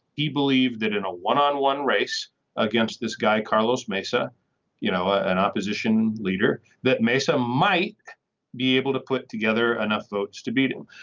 he believed it in a one on one race against this guy carlos mesa you know an opposition leader that may some might be able to put together enough votes to beat him.